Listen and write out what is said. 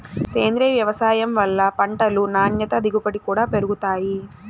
సేంద్రీయ వ్యవసాయం వల్ల పంటలు నాణ్యత దిగుబడి కూడా పెరుగుతాయి